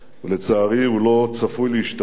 לצערי, הוא לא צפוי להשתפר